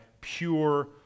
pure